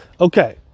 Okay